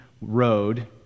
road